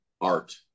art